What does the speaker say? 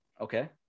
Okay